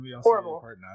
horrible